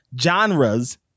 genres